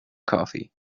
coffee